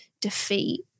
defeat